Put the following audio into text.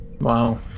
Wow